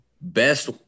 best